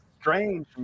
Strange